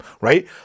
right